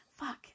Fuck